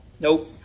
Nope